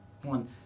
one